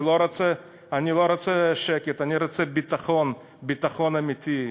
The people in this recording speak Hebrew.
אני לא רוצה שקט, אני רוצה ביטחון, ביטחון אמיתי.